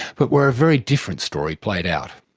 but where a very different story played out.